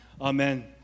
Amen